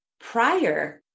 prior